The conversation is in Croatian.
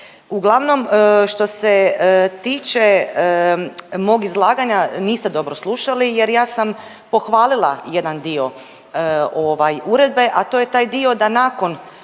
Uglavnom što se tiče mog izlaganja niste dobro slušali, jer ja sam pohvalila jedan dio uredbe, a to je taj dio da nakon